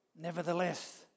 Nevertheless